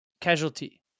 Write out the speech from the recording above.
Casualty